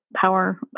power